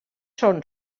són